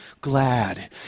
glad